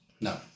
no